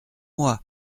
moi